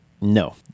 No